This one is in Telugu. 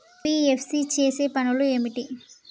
ఎన్.బి.ఎఫ్.సి చేసే పనులు ఏమిటి?